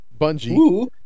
Bungie